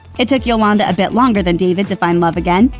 it took yolanda a bit longer than david to find love again,